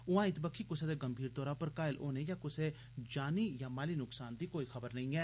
उआं इत बक्खी कुसै दे गंभीर तौरा पर घायल होने या कुसें जानी या माली नुक्सान दी कोई खबर नेई ऐ